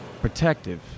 Protective